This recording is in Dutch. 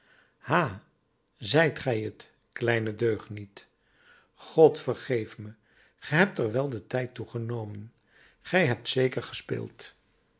ha zijt gij t kleine deugniet god vergeef me ge hebt er wel den tijd toe genomen gij hebt zeker gespeeld